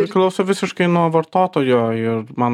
priklauso visiškai nuo vartotojo ir man